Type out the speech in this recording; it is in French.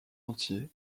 entier